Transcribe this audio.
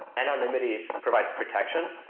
anonymity provides protection,